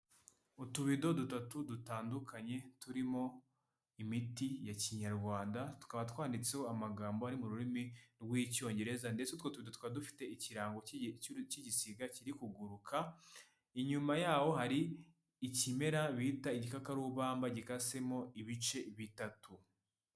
Utubido dutatu dutandukanye turimo imiti ya kinyarwanda tukaba twanditseho amagambo ari mu rurimi rw'icyongereza ndetse utwo tubido tukaba dufite ikirango cy'igisiga kiri kuguruka inyuma yaho hari ikimera bita igikakarubamba gikasemo ibice bitatu.